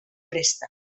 resta